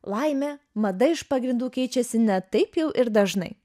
laimė mada iš pagrindų keičiasi ne taip jau ir dažnai